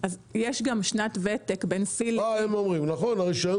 יש גם שנת ותק --- הם אומרים: נכון, הרישיון